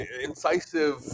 incisive